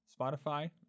spotify